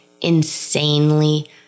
insanely